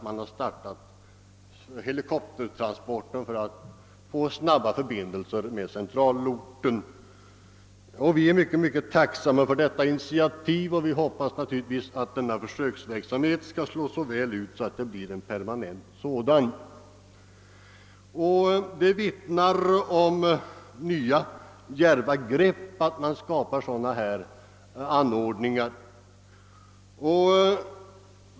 Man har med helikoptern velat åstadkomma snabbare förbindelser med centralorten, och vi är mycket tacksamma för det initiativet. Jag hoppas att den försöksverksamheten komer att slå väl ut, så att den kan permanentas. Det vittnar om nya djärva grepp att starta sådana försök.